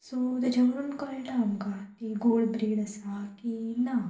so तेच्या वरून कळटा आमकां ती गोड ब्रीड आसा की ना